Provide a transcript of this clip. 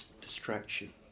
distraction